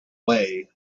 way